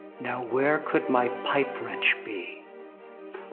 now, where could my pipe wrench be?